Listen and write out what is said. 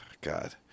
God